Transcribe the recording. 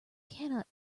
cannot